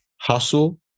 hustle